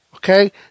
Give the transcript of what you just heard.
Okay